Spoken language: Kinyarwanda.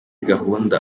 gahunda